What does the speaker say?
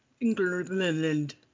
England